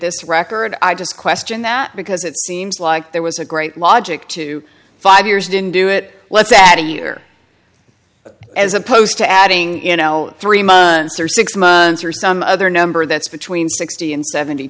this record i just question that because it seems like there was a great logic to five years didn't do it let's add a year as opposed to adding you know three months or six months or some other number that's between sixty and seventy